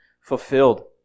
fulfilled